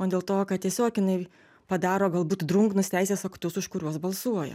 o dėl to kad tiesiog jinai padaro galbūt drungnus teisės aktus už kuriuos balsuoja